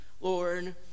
Lord